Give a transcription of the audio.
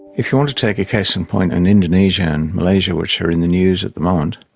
if you want to take a case in point, in indonesia and malaysia, which are in the news at the moment,